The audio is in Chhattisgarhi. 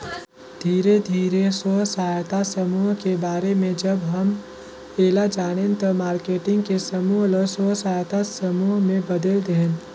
धीरे धीरे स्व सहायता समुह के बारे में जब हम ऐला जानेन त मारकेटिंग के समूह ल स्व सहायता समूह में बदेल देहेन